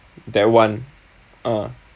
that one uh